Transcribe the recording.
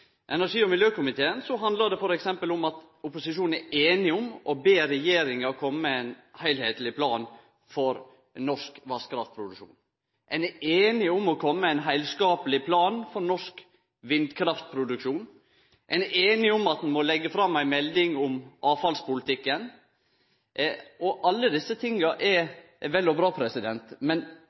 energi- og miljøkomiteen, handlar det t.d. om at opposisjonen er einig om og ber regjeringa kome med ein heilskapleg plan for norsk vasskraftproduksjon, ein er einig om å kome med ein heilskapleg plan for norsk vindkraftproduksjon, og ein er einig om at ein må leggje fram ei melding om avfallspolitikken. Alle desse tinga er vel og bra, men